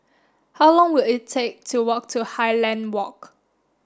how long will it take to walk to Highland Walk